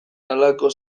halako